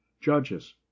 judges